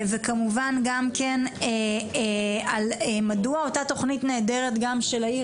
וכמובן גם מדוע אותה תוכנית נהדרת גם של העיר